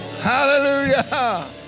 Hallelujah